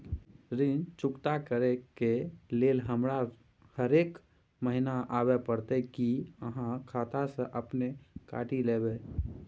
ऋण चुकता करै के लेल हमरा हरेक महीने आबै परतै कि आहाँ खाता स अपने काटि लेबै?